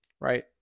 right